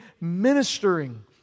ministering